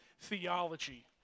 theology